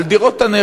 על דירות נ"ר.